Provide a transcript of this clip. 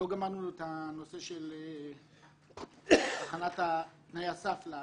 עוד לא גמרנו את הנושא של הכנת תנאי הסף לתפקיד.